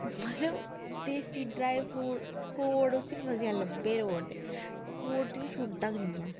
मतलब ओह् देसी ड्राई फ्रूट खोड़ उसी मसेआं लब्भे लोड़दे खोड़ ते ओह् छुड़दा गै नी ऐ